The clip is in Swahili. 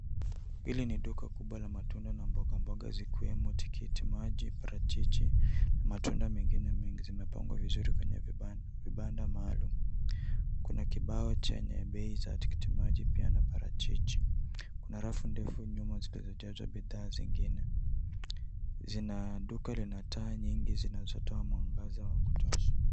Hili ni duka kubwa la matunda na mboga mboga zikiwemo tikiti maji, parachichi na matunda mengine mengi zimepangwa vizuri kwenye vibanda maalum. Kuna kibao chenye bei za tikiti maji pia na parachichi. Kuna rafu ndefu nyuma zikielezea bidhaa zingine, duka lina taa nyingi zinazotoa mwangaza wa kutosha.